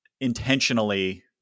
intentionally